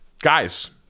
Guys